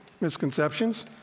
misconceptions